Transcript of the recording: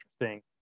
interesting